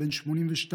ביום שלישי,